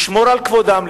לשמור על כבודם,